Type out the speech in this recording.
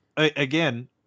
again